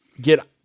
get